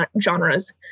genres